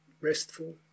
restful